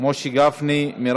אין